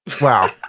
Wow